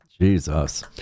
jesus